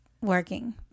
working